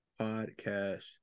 podcast